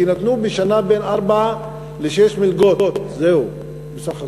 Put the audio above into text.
כי נתנו בשנה בין ארבע לשש מלגות בסך הכול.